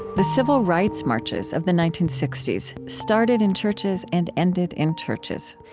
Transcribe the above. the civil rights marches of the nineteen sixty s started in churches and ended in churches.